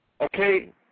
Okay